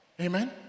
amen